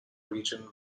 region